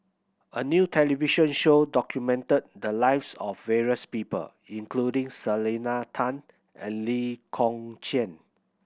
a new television show documented the lives of various people including Selena Tan and Lee Kong Chian